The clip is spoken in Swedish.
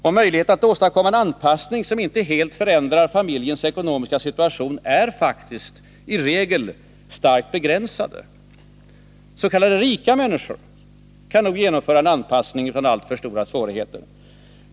Och möjligheterna att åstadkomma en anpassning som inte helt förändrar den enskilda familjens ekonomiska situation är faktiskt i regel starkt begränsade. S. k. rika människor kan nog genomföra en anpassning utan alltför stora svårigheter.